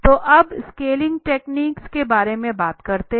तो अब scaling techniques के बारे में बात करते हैं